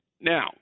Now